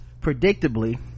Predictably